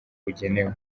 bugenewe